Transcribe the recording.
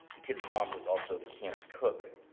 the kid's mom, who was also the camp's cook,